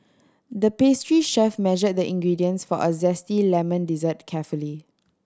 the pastry chef measured the ingredients for a zesty lemon dessert carefully